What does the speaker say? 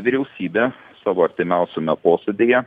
vyriausybė savo artimiausiame posėdyje